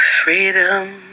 Freedom